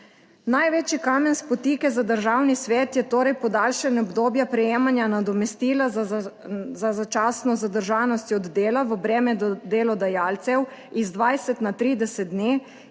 Največji kamen spotike za Državni svet je torej podaljšanje obdobja prejemanja nadomestila za začasno zadržanost od dela v breme delodajalcev z 20 na 30 dni